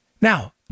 Now